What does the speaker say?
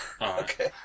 Okay